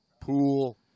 pool